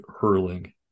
hurling